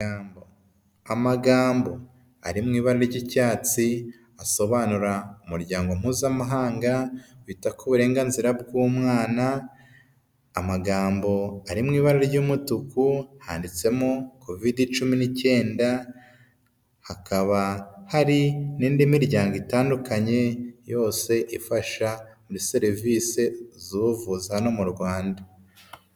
Amagambo ari mu ibara ry'icyatsi asobanura umuryango mpuzamahanga wita k'uburenganzira bw'umwana, amagambo ari mu ibara ry'umutuku handitsemo kovide cumi n'icyenda, hakaba hari n'indi miryango itandukanye yose ifasha muri serivisi z'ubuvuza hano mu Rwanda.